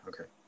okay